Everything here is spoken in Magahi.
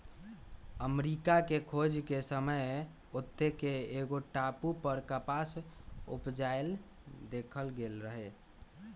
अमरिका के खोज के समय ओत्ते के एगो टापू पर कपास उपजायल देखल गेल रहै